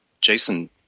Jason